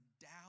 doubt